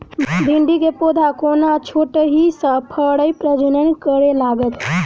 भिंडीक पौधा कोना छोटहि सँ फरय प्रजनन करै लागत?